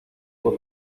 por